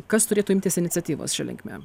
kas turėtų imtis iniciatyvos šia linkme